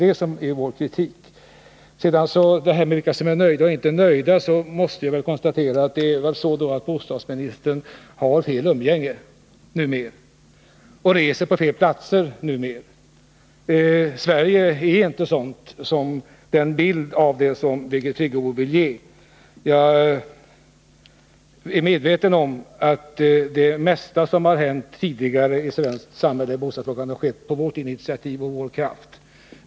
Bostadsministern anser att människorna är nöjda. Jag måste konstatera att bostadsministern har fel umgänge numera och reser på fel platser. Sverige är inte sådant som den bild Birgit Friggebo vill ge. Jag är medveten om att det mesta som hänt tidigare i svenskt samhälle när det gäller bostadsfrågan skett på vårt initiativ och genom vår kraft.